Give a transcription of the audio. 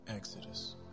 Exodus